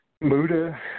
Muda